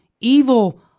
evil